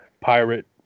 Pirate